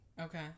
Okay